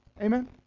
Amen